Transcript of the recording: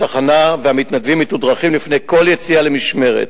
התחנה והמתנדבים מתודרכים לפני כל יציאה למשמרת